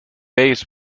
base